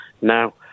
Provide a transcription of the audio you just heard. Now